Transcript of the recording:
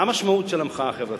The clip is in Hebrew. מה המשמעות של המחאה החברתית?